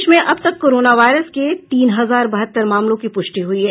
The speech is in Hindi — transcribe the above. देश में अब तक कोरोना वायरस के तीन हजार बहत्तर मामलों की पुष्टि हुई है